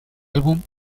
álbum